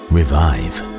Revive